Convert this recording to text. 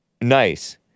Nice